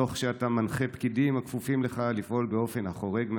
תוך שאתה מנחה פקידים הכפופים לך לפעול באופן החורג מהרגיל.